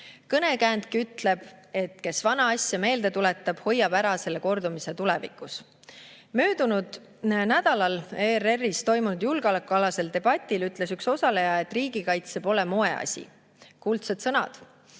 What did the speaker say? Kõnekäändki ütleb, et kes vana asja meelde tuletab, hoiab ära selle kordumise tulevikus. Möödunud nädalal ERR-is toimunud julgeolekualasel debatil ütles üks osaleja, et riigikaitse pole moeasi. Kuldsed sõnad!